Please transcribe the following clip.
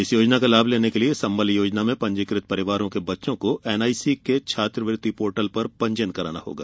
इस योजना का लाभ लेने के लिये सम्बल योजना में पंजीकृत परिवार के बच्चों को एन आई सी के छात्रवृत्ति पॉर्टल पर पंजीयन कराना होगा